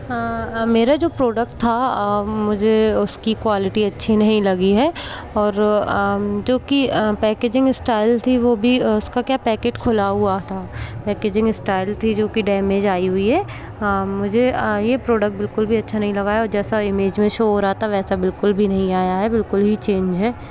मेरा जो प्रोडक्ट था मुझे उसकी क्वालिटी अच्छी नहीं लगी है और क्योंकि पैकेजिंग स्टाइल थी वो भी उसका क्या पैकेट खुला हुआ था पैकेजिंग स्टाइल थी जो कि डैमेज आई हुई है मुझे ये प्रोडक्ट बिल्कुल भी अच्छा नहीं लगा है जैसा इमेज में शो हो रहा था वैसा बिल्कुल भी नहीं आया है बिल्कुल ही चेंज है